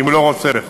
אם הוא לא רוצה בכך.